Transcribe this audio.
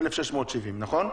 נכון?